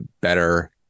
better